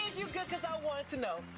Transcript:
yeah want to know.